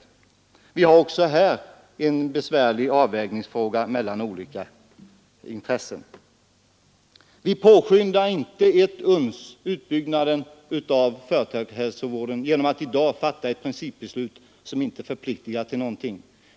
Även här är det en besvärlig avvägning mellan olika intressen. Vi påskyndar inte ett uns utbyggnaden av företagshälsovården genom att i dag fatta ett principbeslut, som inte förpliktar till någonting.